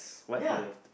ya